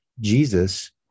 Jesus